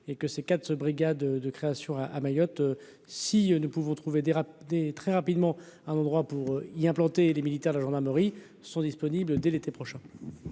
et que ces quatre, brigade de création à à Mayotte, si nous pouvons trouver des des très rapidement à un endroit pour y implanter les militaires de la gendarmerie sont disponible dès l'été prochain.